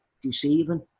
deceiving